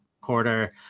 quarter